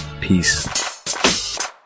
Peace